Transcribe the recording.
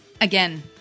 Again